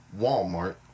Walmart